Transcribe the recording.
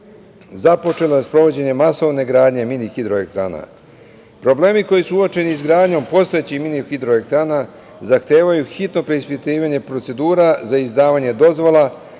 započela je sprovođenje masovne gradnje mini hidroelektrana. Problemi koji su uočeni izgradnjom postojećih mini hidroelektrana zahtevaju hitno preispitivanje procedura za izdavanje dozvola,